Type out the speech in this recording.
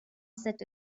set